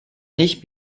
nicht